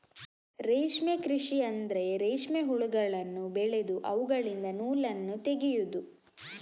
ರೇಷ್ಮೆ ಕೃಷಿ ಅಂದ್ರೆ ರೇಷ್ಮೆ ಹುಳಗಳನ್ನು ಬೆಳೆದು ಅವುಗಳಿಂದ ನೂಲನ್ನು ತೆಗೆಯುದು